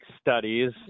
studies